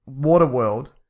Waterworld